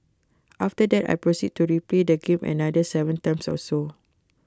after that I proceeded to replay the game another Seven times or so